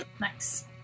Nice